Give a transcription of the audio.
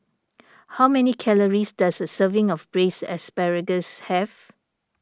how many calories does a serving of Braised Asparagus have